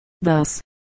Thus